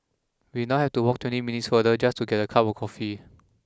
we now have to walk twenty minutes farther just to get a cup of coffee